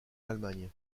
allemagne